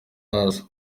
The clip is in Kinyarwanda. hasi